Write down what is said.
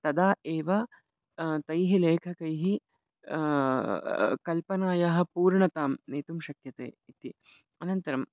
तदा एव तैः लेखकैः कल्पनायाः पूर्णतां नेतुं शक्यते इति अनन्तरम्